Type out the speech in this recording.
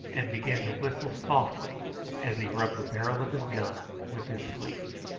and began to whistle softly as he rubbed the barrel of his gun with his sleeve.